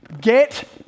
get